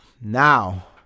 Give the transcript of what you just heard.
now